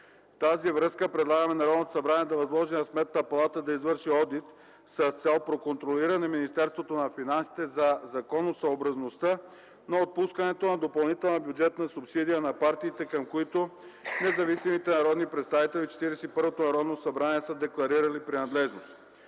с това предлагаме Народното събрание да възложи на Сметната палата да извърши одит с цел проконтролиране Министерството на финансите за законосъобразността на отпускането на допълнителна бюджетна субсидия на партиите, към които независимите народни представители в Четиридесет и първото Народно събрание са декларирали принадлежност.